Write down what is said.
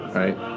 right